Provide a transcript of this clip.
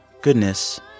goodness